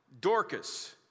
Dorcas